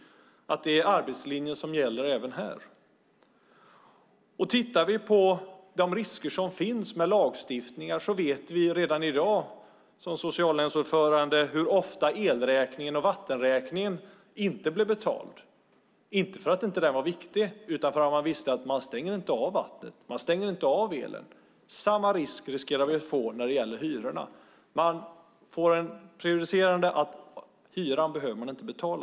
Det är arbetslinjen som gäller även här. Vi kan se de risker som lagstiftning medför. Redan i dag vet vi - jag vet det som socialnämndsordförande - hur ofta elräkningen och vattenräkningen inte blir betalad. Det är inte för att de inte är viktiga utan för att man vet att el och vatten inte stängs av. Samma risk kan vi nu få när det gäller hyrorna. Man får ett prejudikat på att man inte behöver betala hyran.